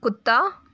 कुत्ता